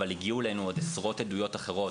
אבל הגיעו אלינו עוד עשרות עדויות אחרות